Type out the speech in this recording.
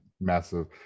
massive